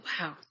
Wow